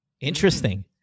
Interesting